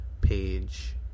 page